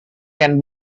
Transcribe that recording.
can